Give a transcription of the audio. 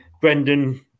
Brendan